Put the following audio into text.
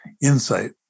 insight